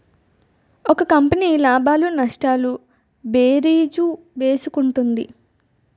ఒక కంపెనీ లాభాలు నష్టాలు భేరీజు వేసుకుంటుంది